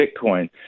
Bitcoin